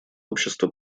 общества